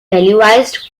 televised